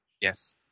Yes